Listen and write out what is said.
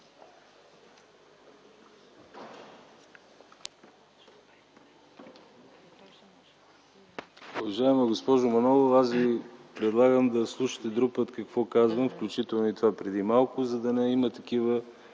Уважаема госпожо Манолова, аз Ви предлагам да слушате друг път какво казвам, включително и това преди малко, за да няма такива